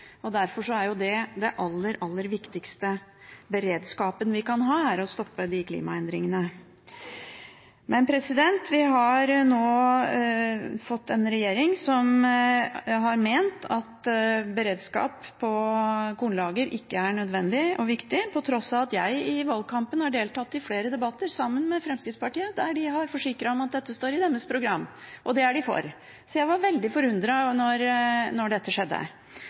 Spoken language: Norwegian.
Derfor er den aller, aller viktigste beredskapen vi kan ha, å stoppe klimaendringene. Vi har nå fått en regjering som har ment at beredskap på kornlager ikke er nødvendig og viktig, på tross av at jeg i valgkampen deltok i flere debatter sammen med Fremskrittspartiet, der de forsikret om at dette står i deres program, og det er de for. Så jeg var veldig forundret da dette skjedde.